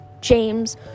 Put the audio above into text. james